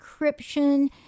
encryption